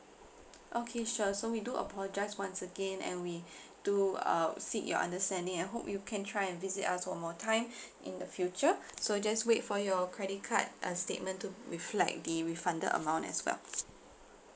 okay sure so we do apologise once again and we do uh seek your understanding and hope you can try and visit us one more time in the future so just wait for your credit card uh statement to reflect the refunded amount as well